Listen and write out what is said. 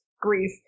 grief